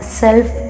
self